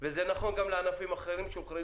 וזה נכון גם לענפים שהוחרגו.